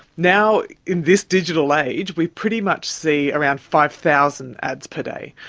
now in this digital age we pretty much see around five thousand ads per day.